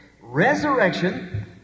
resurrection